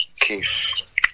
Keith